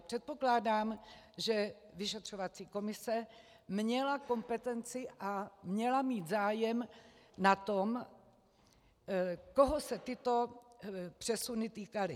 Předpokládám, že vyšetřovací komise měla kompetenci a měla mít zájem na tom, koho se tyto přesuny týkaly.